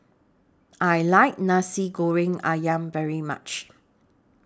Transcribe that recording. I like Nasi Goreng Ayam very much